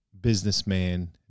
businessman